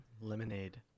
Lemonade